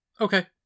Okay